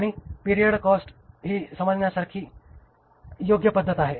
आणि period cost ही समजण्यासाठी योग्य पद्धत आहे